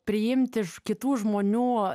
priimti iš kitų žmonių